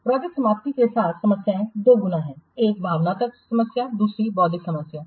project समाप्ति के साथ समस्याएं दो गुना हैं एक भावनात्मक समस्याएं दो बौद्धिक समस्याएं